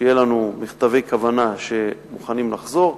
שיהיו לנו מכתבי כוונה שהם מוכנים לחזור.